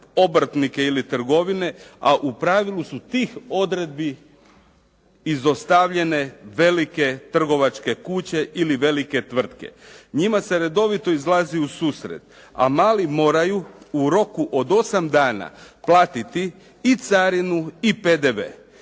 obrtnike ili trgovine, a u pravilu su tih odredbi izostavljene velike trgovačke kuće ili velike tvrtke. Njima se redovito izlazi u susret, a mali moraju u roku od 8 dana platiti i carinu i PDV.